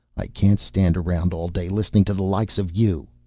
i can't stand around all day, listening to the likes of you.